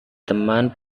teman